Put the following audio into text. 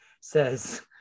says